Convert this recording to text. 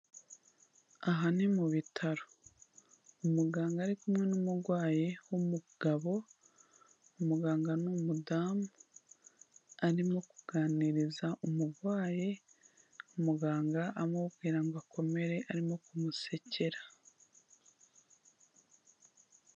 Aha ni mu bitaro, umuganga ari kumwe n'umurwayi w'umugabo, umuganga ni umudamu arimo kuganiriza umurwayi, umuganga amubwira ngo akomere arimo kumusekera.